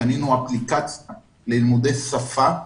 קנינו אפליקציה ללימודי שפה,